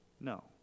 No